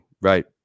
right –